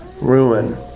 ruin